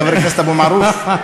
חבר הכנסת אבו מערוף?